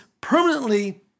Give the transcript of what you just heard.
permanently